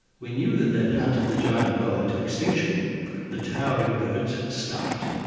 we knew that they had hunted the giant moa to extinction the towering birds, stuffed,